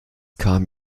kam